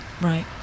Right